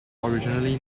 originally